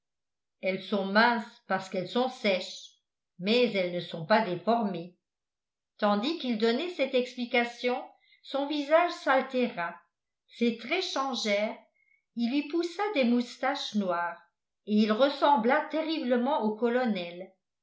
elles sont minces parce qu'elles sont sèches mais elles ne sont pas déformées tandis qu'il donnait cette explication son visage s'altéra ses traits changèrent il lui poussa des moustaches noires et il ressembla terriblement au colonel